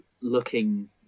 looking